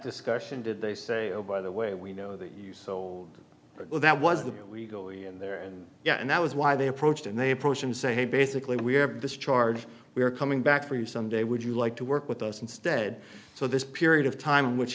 discussion did they say oh by the way we know that you so well that was the we go in there and yeah and that was why they approached and they approach and say basically we are this charge we are coming back for you some day would you like to work with us instead so this period of time which